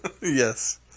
Yes